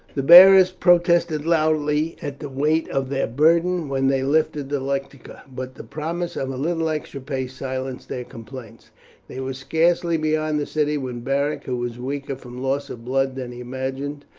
the bearers protested loudly at the weight of their burden when they lifted the lectica, but the promise of a little extra pay silenced their complaints they were scarcely beyond the city when beric, who was weaker from loss of blood than he imagined,